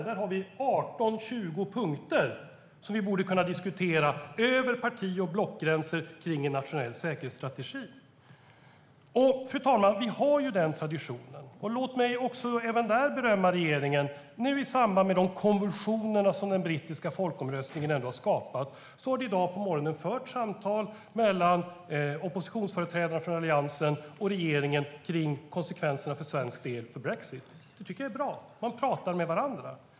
Vi har alltså 18-20 punkter som vi borde kunna diskutera över parti och blockgränser kring en nationell säkerhetsstrategi. Vi har alltså den traditionen. Låt mig även berömma regeringen. I samband med de konvulsioner som den brittiska folkomröstningen ändå har skapat har det i dag på morgonen förts samtal mellan oppositionsföreträdare från Alliansen och regeringen kring konsekvenserna för svensk del av brexit. Det tycker jag är bra. Man talar med varandra.